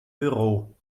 büro